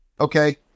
Okay